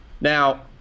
Now –